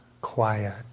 quiet